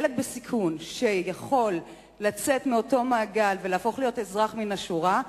ילד בסיכון שיכול לצאת מאותו מעגל ולהפוך להיות אזרח מן השורה,